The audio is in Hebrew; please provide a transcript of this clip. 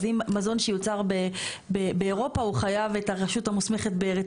אז אם מזון שיוצר באירופה הוא חייב את הרשות המוסמכת בארץ